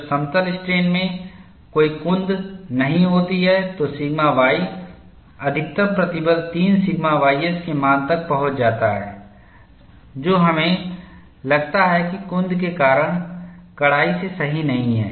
जब समतल स्ट्रेन में कोई कुंद नहीं होती है तो सिग्मा y अधिकतम प्रतिबल 3 सिग्मा ys के मान तक पहुँच जाता है जो हमें लगता है कि कुंद के कारण कड़ाई से सही नहीं है